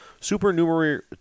supernumerary